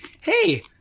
Hey